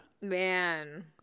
Man